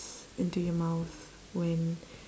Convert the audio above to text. into your mouth when